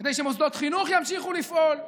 כדי שמוסדות חינוך ימשיכו לפעול,